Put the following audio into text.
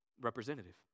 representative